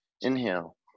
inhale